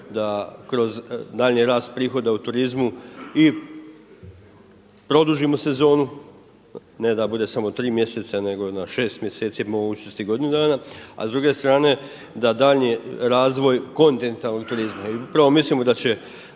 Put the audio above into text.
da kroz daljnji rast prihoda u turizmu i produžimo sezonu, ne da bude samo tri mjeseca nego na šest mjeseci, po mogućnosti na godinu dana. A s druge strane da daljnji razvoj kontinentalnog turizma i upravo mislimo da će